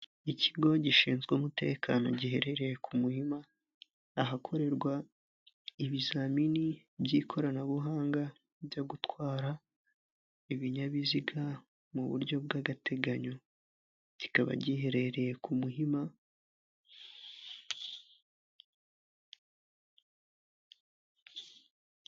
Ikigo gishinzwe umutekano giherereye ku Muhima, ahakorerwa ibizamini by'ikoranabuhanga ryo gutwara ibinyabiziga mu buryo bw'agateganyo, kikaba giherereye ku Muhima.